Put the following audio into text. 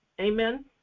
Amen